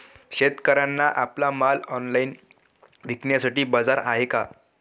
शेतकऱ्यांना आपला माल ऑनलाइन विकण्यासाठी बाजार आहे का?